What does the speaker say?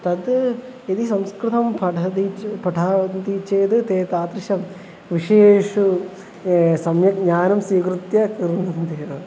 तद् यदि संस्कृतं पठति चेत् पठन्ति चेद् ते तादृशेषु विषयेषु सम्यक् ज्ञानं स्वीकृत्य कुर्वन्ति एव